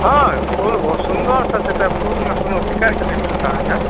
हँ यौ फूल बहुत सुन्दर सब छै तऽ फूलमे कोनो शिकायत नहि मिलत अहाँके